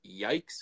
Yikes